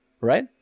right